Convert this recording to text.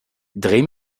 dreh